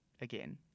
again